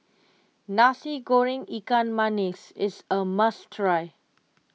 Nasi Goreng Ikan Masin is a must try